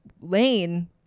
lane